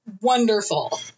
wonderful